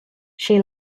she